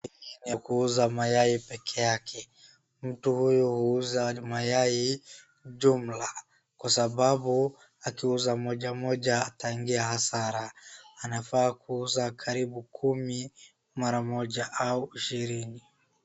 Ni kuuza mayai pekee yake .Mtu huyu huuza mayai jumla , kwa sababu akiuza mojamoja ataingia hasara .Anafaa kuuuza karibu kumi mara moja , au ishirini.